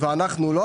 ואנחנו לא.